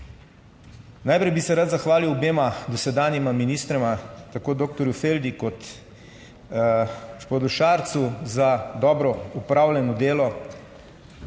Najprej bi se rad zahvalil obema dosedanjima ministroma, tako doktor Feldi kot gospodu Šarcu, za dobro opravljeno delo.